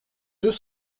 deux